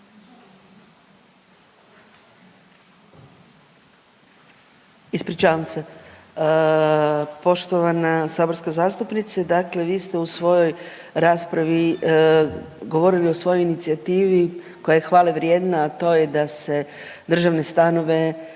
Ispričavam se. Poštovana saborska zastupnice dakle vi ste u svojoj raspravi govorili o svojoj inicijativi koja je hvale vrijedna, a to je da se državne stanove